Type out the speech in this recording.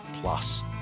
plus